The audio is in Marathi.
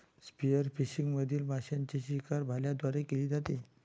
स्पीयरफिशिंग मधील माशांची शिकार भाल्यांद्वारे केली जाते